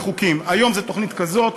היום זו תוכנית כזאת,